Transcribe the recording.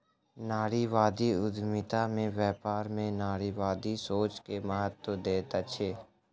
नारीवादी उद्यमिता में व्यापार में नारीवादी सोच के महत्त्व दैत अछि